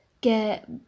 get